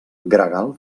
gregal